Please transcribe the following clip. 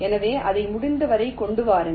எனவே அதை முடிந்தவரை கொண்டு வாருங்கள்